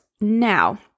Now